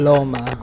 Loma